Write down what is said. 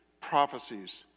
prophecies